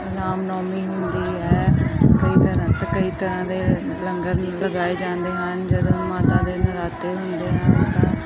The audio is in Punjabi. ਰਾਮਨੌਮੀ ਹੁੰਦੀ ਹੈ ਕਈ ਤਰ੍ਹਾਂ ਅਤੇ ਕਈ ਤਰ੍ਹਾਂ ਦੇ ਲੰਗਰ ਲਗਾਏ ਜਾਂਦੇ ਹਨ ਜਦੋਂ ਮਾਤਾ ਦੇ ਨਰਾਤੇ ਹੁੰਦੇ ਹਨ ਤਾਂ